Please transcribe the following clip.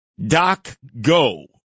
DocGo